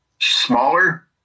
smaller